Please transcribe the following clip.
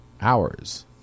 hours